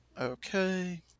Okay